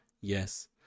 Yes